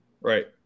Right